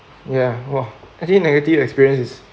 ya !wah! actually negative experience is